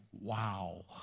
wow